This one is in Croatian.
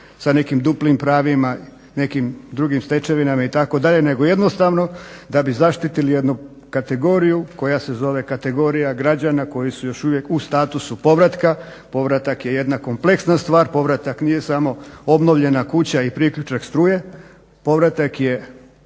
sa nekim duplim pravima, nekim drugim stečevinama itd., nego jednostavno da bi zaštitili jednu kategoriju koja se zove kategorija građana koji su još uvijek u statusu povratka. Povratak je jedna kompleksa stvar. Povratak nije samo obnovljena kuća i priključak struje. Povratak je